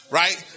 right